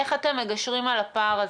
איך אתם מגשרים על הפער הזה?